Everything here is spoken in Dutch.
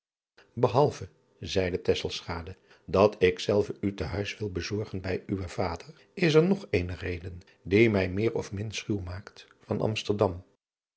ehalve zeide dat ik zelve u te huis wil bezorgen bij uwen vader is er nog eene reden die mij meer of min schuw maakt van msterdam